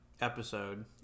episode